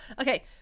Okay